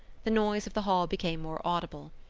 the noise of the hall became more audible.